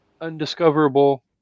undiscoverable